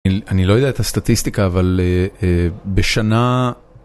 אני לא יודע את הסטטיסטיקה, אבל בשנה...